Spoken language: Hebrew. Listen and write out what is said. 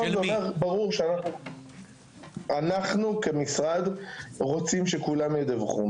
ברור שאנחנו כמשרד רוצים שכולם ידווחו.